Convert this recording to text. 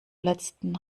letzten